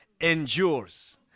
endures